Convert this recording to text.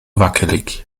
wackelig